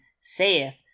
saith